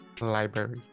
Library